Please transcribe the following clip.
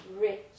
Rich